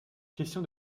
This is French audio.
question